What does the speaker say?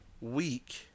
week